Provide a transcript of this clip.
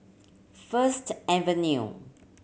First Avenue